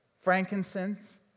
frankincense